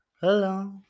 Hello